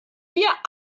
wir